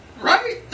Right